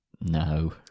No